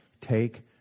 Take